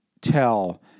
tell